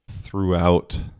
throughout